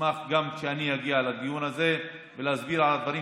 ונשמח גם שאני אגיע לדיון הזה להסביר על הדברים